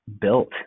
built